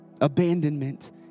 abandonment